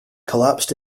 collapsed